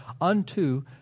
unto